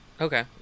Okay